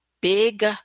big